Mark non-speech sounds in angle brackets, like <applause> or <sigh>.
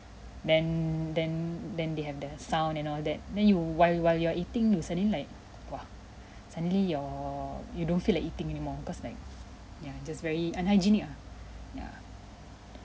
<breath> then then then they have the sound and all that then you while while you're eating you suddenly like !wah! suddenly you're you don't feel like eating anymore because like ya just very unhygienic ah ya